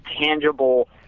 tangible